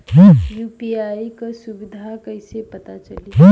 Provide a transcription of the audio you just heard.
UPI क सुविधा कैसे पता चली?